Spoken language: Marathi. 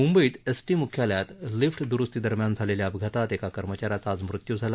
मूंबईत एस टी मुख्यालयात लिफ्ट दुरुस्तीदरम्यान झालेल्या अपघातात एका कर्मचाऱ्याचा आज मृत्यू झाला